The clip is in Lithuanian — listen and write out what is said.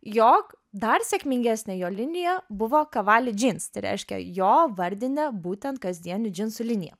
jog dar sėkmingesnė jo linija buvo kavali džyns tai reiškia jo vardinė būtent kasdienių džinsų linija